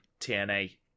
TNA